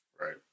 Right